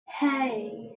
hey